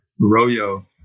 ROYO